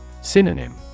Synonym